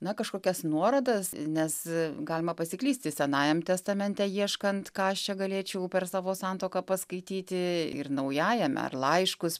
na kažkokias nuorodas nes galima pasiklysti senajam testamente ieškant ką aš čia galėčiau per savo santuoką paskaityti ir naujajame ar laiškus